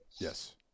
Yes